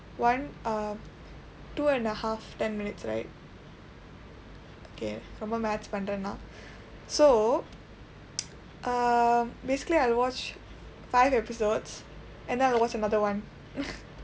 one err two and a half ten minutes right okay ரொம்ப:romba maths பண்றேன்னா:panreenaa so uh basically I'll watch five episodes and then I'll watch another one